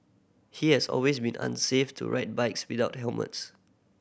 he has always been unsafe to ride bikes without helmets